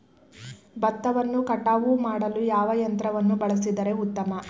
ಭತ್ತವನ್ನು ಕಟಾವು ಮಾಡಲು ಯಾವ ಯಂತ್ರವನ್ನು ಬಳಸಿದರೆ ಉತ್ತಮ?